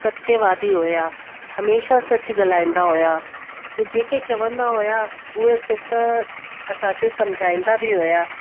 सत्यवादी हुआ हमेशह सच ॻलहाईंदा हुआ त जेके चवंदा हुआ उए सुठी तरह असांखे सम्झाईंदा बि हुआ